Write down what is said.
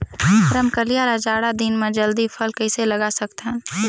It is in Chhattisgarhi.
रमकलिया ल जाड़ा दिन म जल्दी फल कइसे लगा सकथव?